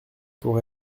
pour